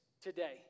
today